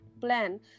plan